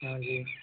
हाँ जी